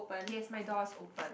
yes my door is open